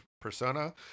persona